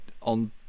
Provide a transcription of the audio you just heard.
on